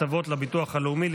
הקצבות לביטוח הלאומי,